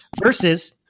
versus